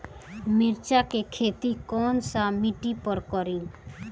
मिर्ची के खेती कौन सा मिट्टी पर करी?